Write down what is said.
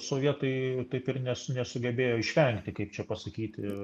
sovietai taip ir nes nesugebėjo išvengti kaip čia pasakyti